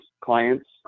clients